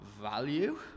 value